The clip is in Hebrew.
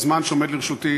בזמן שעומד לרשותי